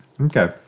Okay